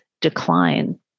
decline